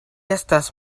estas